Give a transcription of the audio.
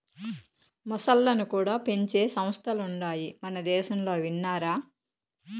మొసల్లను కూడా పెంచే సంస్థలుండాయి మనదేశంలో విన్నారా